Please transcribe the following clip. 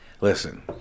listen